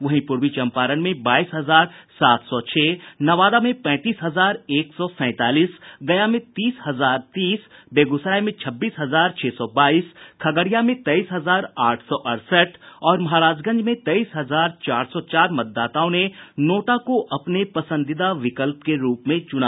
वहीं पूर्वी चंपारण में बाईस हजार सात सौ छह नवादा में पैंतीस हजार एक सौ सैंतालीस गया में तीस हजार तीस बेगूसराय में छब्बीस हजार छह सौ बाईस खगड़िया में तेईस हजार आठ सौ अड़सठ और महाराजगंज में तेईस हजार चार सौ चार मतदाताओं ने नोटा को अपने पसंदीदा विकल्प के रूप में चुना